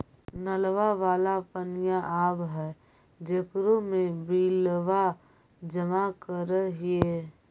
नलवा वाला पनिया आव है जेकरो मे बिलवा जमा करहिऐ?